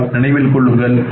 ஆனால் நினைவில் கொள்ளுங்கள்